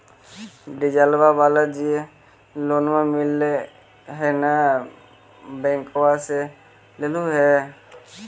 डिजलवा वाला जे लोनवा मिल है नै बैंकवा से लेलहो हे?